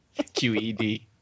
QED